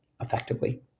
effectively